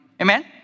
Amen